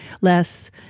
less